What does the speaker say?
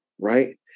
right